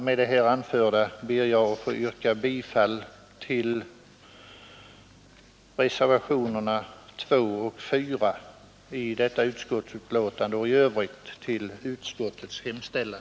Med det anförda ber jag att få yrka bifall tfll reservationerna 2 och 4 och i övrigt till utskottets hemställan.